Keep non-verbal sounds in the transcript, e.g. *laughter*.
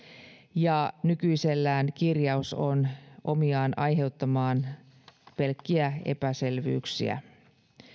ja nykyisellään kirjaus on *unintelligible* omiaan aiheuttamaan pelkkiä epäselvyyksiä